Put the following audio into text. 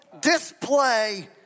display